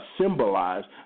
symbolized